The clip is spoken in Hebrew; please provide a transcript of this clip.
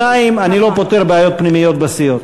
אני לא פותר בעיות פנימיות בסיעות.